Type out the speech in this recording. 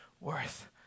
worth